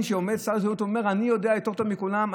ששר אומר: אני יודע יותר טוב מכולם,